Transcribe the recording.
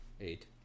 Eight